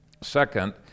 Second